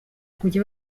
kujya